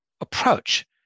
approach